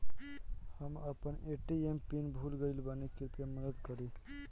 हम अपन ATM pin भूल गएल बानी, कृपया मदद करीं